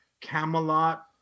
camelot